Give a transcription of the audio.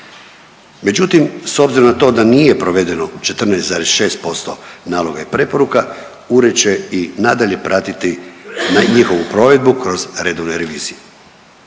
Međutim, s obzirom na to da nije provedeno 14,6% naloga i preporuka ured će i nadalje pratiti njihovu provedbu kroz redovne revizije.